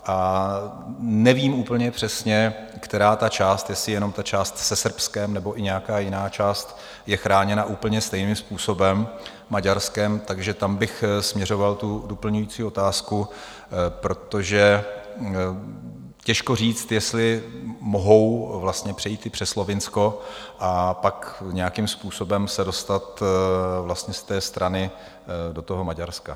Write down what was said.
A nevím úplně přesně, která ta část, jestli jenom ta část se Srbskem, nebo i nějaká jiná část, je chráněna úplně stejným způsobem Maďarskem, takže tam bych směřoval doplňující otázku, protože těžko říct, jestli mohou vlastně přejít i přes Slovinsko a pak nějakým způsobem se dostat vlastně z té strany do Maďarska.